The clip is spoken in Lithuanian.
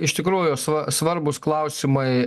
iš tikrųjų sva svarbūs klausimai